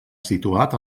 situat